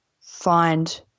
find